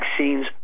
vaccines